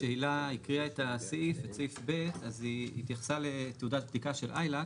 כשהילה הקריאה את סעיף (ב) אז היא התייחסה לתעודת בדיקה של ILAC